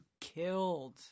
killed